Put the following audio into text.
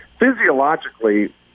physiologically